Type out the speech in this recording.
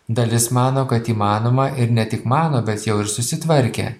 dalis mano kad įmanoma ir ne tik mano bet jau ir susitvarkė